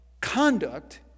conduct